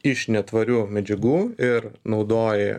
iš netvarių medžiagų ir naudoji